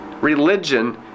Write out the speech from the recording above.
Religion